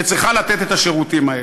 שצריכה לתת את השירותים האלה.